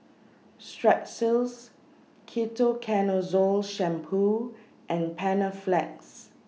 Strepsils Ketoconazole Shampoo and Panaflex